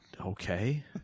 okay